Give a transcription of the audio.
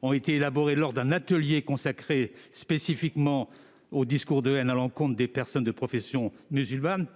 société civile lors d'un atelier consacré spécifiquement aux discours de haine à l'encontre des personnes de confession musulmane.